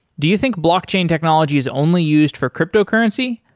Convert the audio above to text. do you think blockchain technology is only used for cryptocurrency?